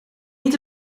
niet